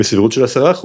בסבירות של 10%,